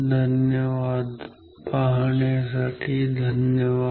धन्यवाद